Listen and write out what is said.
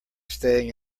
staying